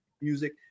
music